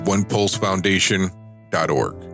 OnePulseFoundation.org